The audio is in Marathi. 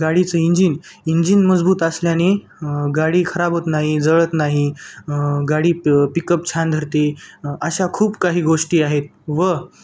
गाडीचं इंजिन इंजिन मजबूत असल्याने गाडी खराब होत नाही जळत नाही गाडी पिकअप छान धरते अशा खूप काही गोष्टी आहेत व